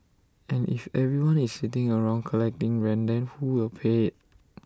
and if everyone is sitting around collecting rent then who will pay IT